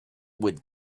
would